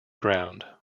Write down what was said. ground